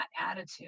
attitude